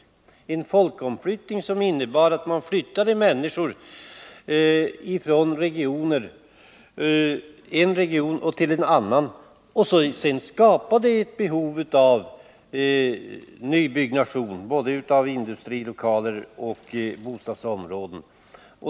Det var en folkomflyttning som innebar att man genom att flytta människor från en region till en annan skapade ett behov av nybyggnation, både av industrilokaler och av bostadsområden.